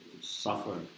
suffer